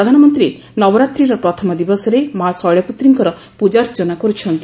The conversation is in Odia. ପ୍ରଧାନମନ୍ତ୍ରୀ ନବରାତ୍ରିର ପ୍ରଥମ ଦିବସରେ ମା' ଶୈଳପୁତ୍ରୀଙ୍କର ପୂଜାର୍ଚ୍ଚନା କରୁଛନ୍ତି